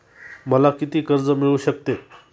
मला किती कर्ज मिळू शकते?